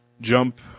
jump